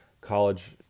college